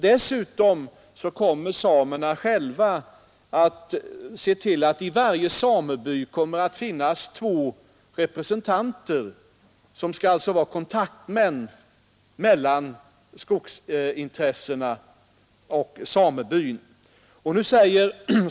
Dessutom kommer samerna själva att se till att det i varje sameby kommer att finnas två representanter som skall vara kontaktmän mellan skogsintressena och samebyn.